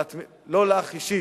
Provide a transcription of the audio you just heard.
לא לך אישית,